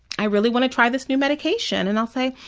i really want to try this new medication. and i'll say,